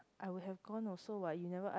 I would have gone also what you never ask